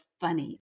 funny